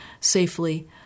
safely